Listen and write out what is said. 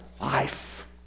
life